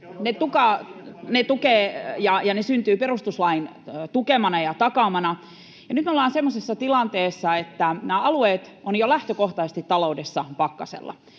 Ne tukevat ja ne syntyvät perustuslain tukemana ja takaamana. Nyt me ollaan semmoisessa tilanteessa, että alueet ovat jo lähtökohtaisesti taloudessa pakkasella.